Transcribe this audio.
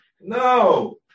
No